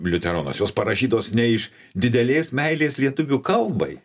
liuteronas jos parašytos ne iš didelės meilės lietuvių kalbai